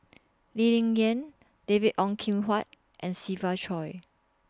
Lee Ling Yen David Ong Kim Huat and Siva Choy